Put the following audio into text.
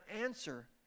answer